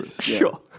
Sure